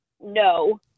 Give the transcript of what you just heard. no